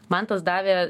man tas davė